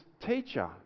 teacher